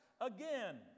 again